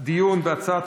להצבעה על ההצעה המוצמדת,